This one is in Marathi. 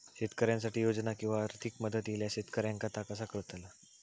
शेतकऱ्यांसाठी योजना किंवा आर्थिक मदत इल्यास शेतकऱ्यांका ता कसा कळतला?